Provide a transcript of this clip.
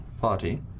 party